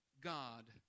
God